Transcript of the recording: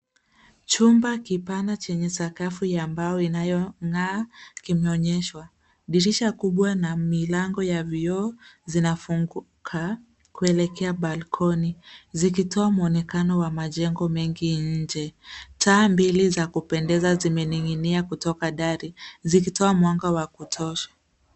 Chumba kipana chenye sakafu ya mbao inayong'aa kimeonyeshwa. Dirisha kubwa na milango ya vioo zinafunguka kuelekea balkoni zikitoa mwonekano wa majengo mengi nje. Taa mbili za kupendeza zimening'ia kutoka dari zikitoa mwanga wa kutosha.